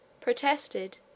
protested